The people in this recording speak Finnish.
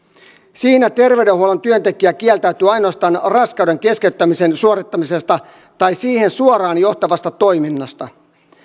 siinä terveydenhuollon työntekijä kieltäytyy ainoastaan raskauden keskeyttämisen suorittamisesta tai siihen suoraan johtavasta toiminnasta